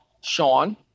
Sean